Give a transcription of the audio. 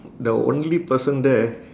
the only person there